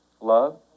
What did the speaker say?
love